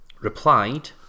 replied